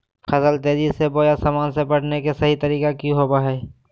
फसल तेजी बोया सामान्य से बढने के सहि तरीका कि होवय हैय?